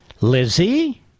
Lizzie